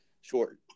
short